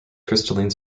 crystalline